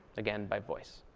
again by voice.